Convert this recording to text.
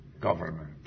government